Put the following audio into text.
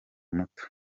muto